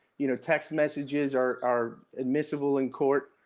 you know, text messages are are admissible in court,